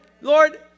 Lord